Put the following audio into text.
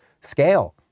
scale